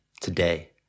today